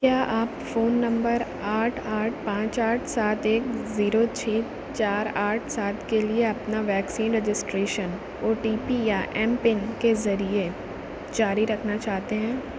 کیا آپ phone number آٹھ آٹھ پانچ آٹھ سات ایک زیرو چھ چار آٹھ سات کے لیے اپنا vaccine registration O T P یا ایم پن کے ذریعے جاری رکھنا چاہتے ہیں